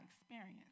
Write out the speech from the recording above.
experience